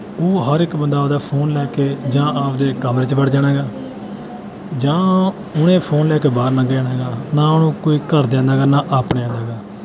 ਉਹ ਹਰ ਇੱਕ ਬੰਦਾ ਆਪਦਾ ਫੋਨ ਲੈ ਕੇ ਜਾਂ ਆਪਦੇ ਕਮਰੇ 'ਚ ਵੜ ਜਾਣਾ ਹੈਗਾ ਜਾਂ ਉਹਨੇ ਫੋਨ ਲੈ ਕੇ ਬਾਹਰ ਲੰਘ ਜਾਣਾ ਹੈਗਾ ਨਾ ਉਹਨੂੰ ਕੋਈ ਘਰਦਿਆਂ ਦਾ ਹੈਗਾ ਨਾ ਆਪਣਿਆਂ ਦਾ ਹੈਗਾ